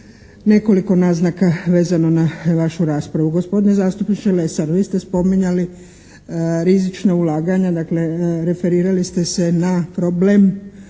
nekoliko naznaka vezano na vašu raspravu. Gospodine zastupniče Lesar, vi ste spominjali rizična ulaganja dakle referirali ste se na problem